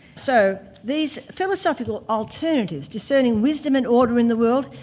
so, these philosophical alternatives discerning wisdom and order in the world,